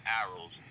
arrows